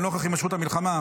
לנוכח הימשכות המלחמה,